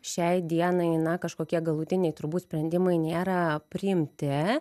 šiai dienai na kažkokie galutiniai turbūt sprendimai nėra priimti